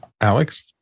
Alex